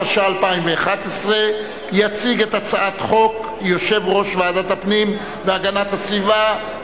התשע"א 2011. יציג את הצעת החוק יושב-ראש ועדת הפנים והגנת הסביבה,